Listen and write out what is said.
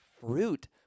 fruit